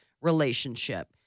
relationship